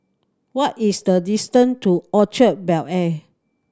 what is the distant to Orchard Bel Air